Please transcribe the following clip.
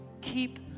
keep